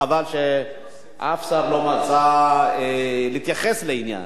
חבל שאף שר לא מצא לנכון להתייחס לעניין.